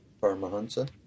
Paramahansa